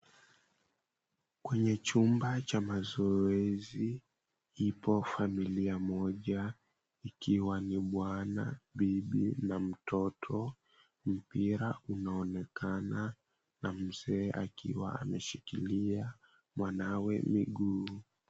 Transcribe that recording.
Kwenye chumba cha mazoezi, ipo familia moja ikiwa ni bwana, bibi na mtoto. Mpira unaonekana na mzee akiwa ameshikilia mwanawe miguuni.